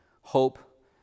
hope